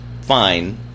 fine